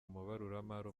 umubaruramari